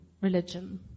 religion